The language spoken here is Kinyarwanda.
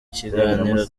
kiganiro